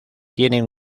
tienen